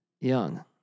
young